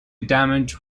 damage